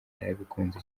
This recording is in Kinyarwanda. narabikunze